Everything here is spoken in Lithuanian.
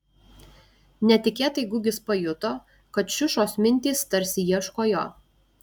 netikėtai gugis pajuto kad šiušos mintys tarsi ieško jo